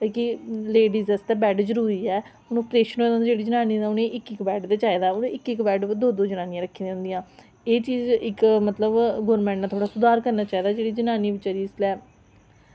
ते एह् लेडीज़ बास्तै बैड जरूरी ऐ जेह्ड़ी ऑप्रेशन आह्ली जनानी होंदी उनें ई इक्क इक्क बैड चाहिदा होंदा ते इक्क इक्क बैड उप्पर दौ दौ जनानियां रक्खी दियां होंदियां ते एह् इक्क चीज़ गौरमेंट नै थोह्ड़ा सुधार करना चाहिदा जनानियें दी स्हूलत आस्तै